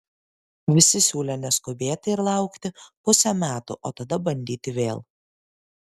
visi siūlė neskubėti ir laukti pusė metų o tada bandyti vėl